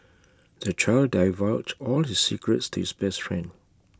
the child divulged all his secrets to his best friend